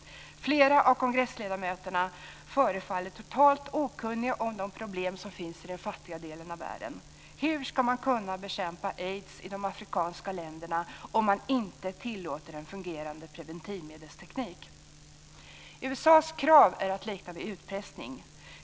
Flera av kongressledamöterna förefaller totalt okunniga om de problem som finns i den fattiga delen av världen. Hur ska man kunna bekämpa aids i de afrikanska länderna om man inte tillåter en fungerande preventivmedelsteknik? USA:s krav är att likna vid utpressning.